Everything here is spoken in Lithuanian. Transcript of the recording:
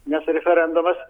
nes referendumas